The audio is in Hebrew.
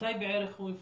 מתי בערך הוא יפורסם?